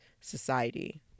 society